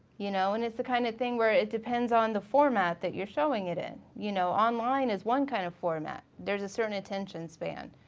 you know and it's the kind of thing where it depends on the format that you're showing it in. you know, online is one kind of format. there's a certain attention span.